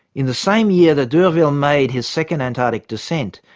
in the same year that d'urville made his second antarctic descent,